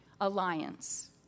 alliance